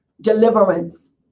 Deliverance